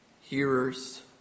hearers